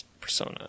Persona